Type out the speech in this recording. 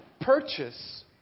purchase